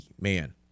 man